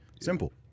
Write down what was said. Simple